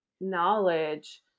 knowledge